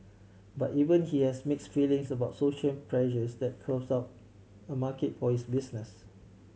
but even he has mix feelings about social pressures that carves out a market for his business